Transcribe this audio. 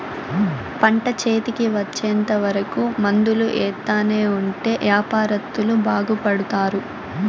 పంట చేతికి వచ్చేంత వరకు మందులు ఎత్తానే ఉంటే యాపారత్తులు బాగుపడుతారు